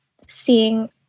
seeing